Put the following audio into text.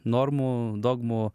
normų dogmų